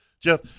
Jeff